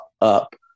up